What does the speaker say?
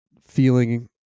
feeling